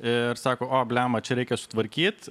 ir sako o blemba čia reikia sutvarkyt